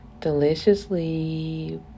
deliciously